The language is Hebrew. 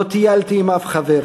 לא טיילתי / עם אף חבר: